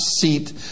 seat